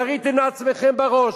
יריתם לעצמכם בראש,